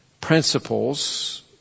principles